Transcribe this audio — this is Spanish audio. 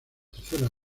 tercera